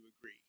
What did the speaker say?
agree